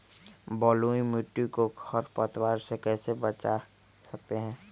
बलुई मिट्टी को खर पतवार से कैसे बच्चा सकते हैँ?